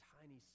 tiny